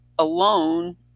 alone